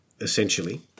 essentially